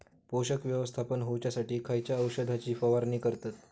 पोषक व्यवस्थापन होऊच्यासाठी खयच्या औषधाची फवारणी करतत?